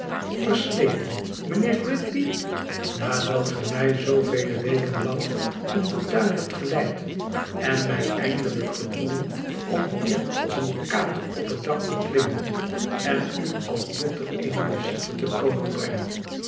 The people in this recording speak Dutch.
mijnheer gridley nadat ge mij zoovele weken lang om den tuin hebt geleid en mij eindelijk gedwongen om hier als een kater op het dak te klimmen en u als dokter eene visite te komen brengen